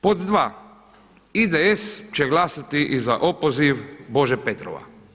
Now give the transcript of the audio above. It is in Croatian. Pod 2., IDS će glasati i za opoziv Bože Petrova.